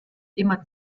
immer